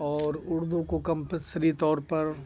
اور اردو کو کمپلسری طور پر